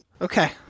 Okay